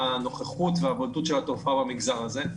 הנוכחות והבולטות של התופעה במגזר הזה.